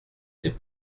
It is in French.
ses